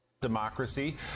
Democracy